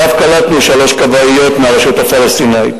ואף קלטנו שלוש כבאיות מהרשות הפלסטינית,